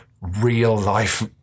real-life